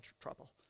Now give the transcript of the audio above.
trouble